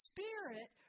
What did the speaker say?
Spirit